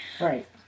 Right